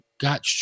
got